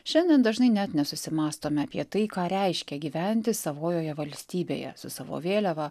šiandien dažnai net nesusimąstome apie tai ką reiškia gyventi savojoje valstybėje su savo vėliava